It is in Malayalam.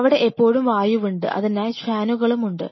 അവിടെ എപ്പോഴും വായുവുണ്ട് അതിനായി ഫാനുകളുമുണ്ട്